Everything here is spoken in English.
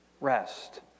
Rest